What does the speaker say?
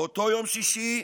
באותו יום שישי,